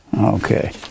Okay